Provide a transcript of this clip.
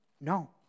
No